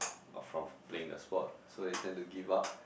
or from playing the sport so they tend to give up